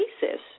basis